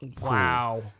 Wow